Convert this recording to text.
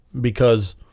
because-